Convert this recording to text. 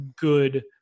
good